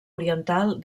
oriental